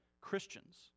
Christians